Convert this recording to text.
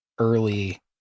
early